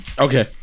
Okay